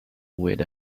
with